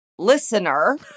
listener